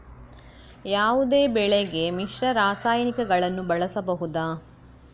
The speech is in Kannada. ಯಾವುದೇ ಬೆಳೆಗೆ ಮಿಶ್ರ ರಾಸಾಯನಿಕಗಳನ್ನು ಬಳಸಬಹುದಾ?